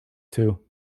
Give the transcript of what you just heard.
too